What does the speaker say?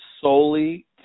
solely